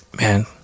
man